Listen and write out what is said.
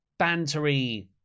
bantery